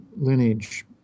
lineage